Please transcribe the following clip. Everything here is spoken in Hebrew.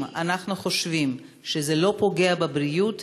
אם אנחנו חושבים שזה לא פוגע בבריאות,